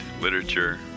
literature